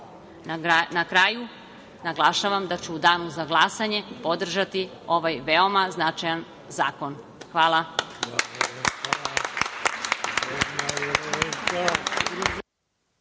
kraju, naglašavam da ću u Danu za glasanje podržati ovaj veoma značajan zakon. Hvala.